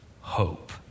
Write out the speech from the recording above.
hope